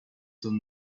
than